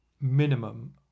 minimum